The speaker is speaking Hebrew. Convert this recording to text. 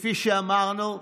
כפי שאמרנו,